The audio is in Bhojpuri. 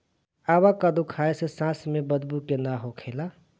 अवाकादो खाए से सांस में बदबू के ना होखेला